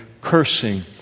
cursing